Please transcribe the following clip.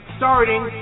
starting